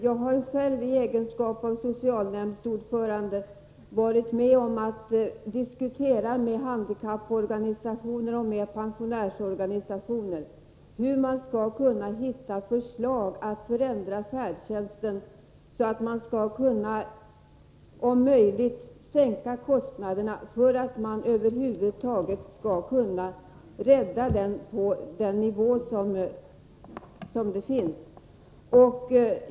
Jag har själv som socialnämndsordförande diskuterat med handikapporganisationer och med pensionärsorganisationer hur man skall förändra färdtjänsten och därigenom sänka kostnaderna för att över huvud taget kunna rädda färdtjänsten och behålla den i befintlig omfattning.